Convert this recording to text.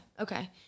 okay